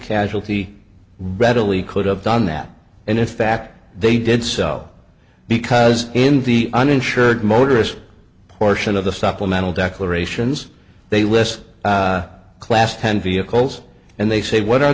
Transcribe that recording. casualty readily could have done that and in fact they did so because in the uninsured motorist portion of the supplemental declarations they list class ten vehicles and they say what are